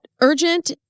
urgent